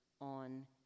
on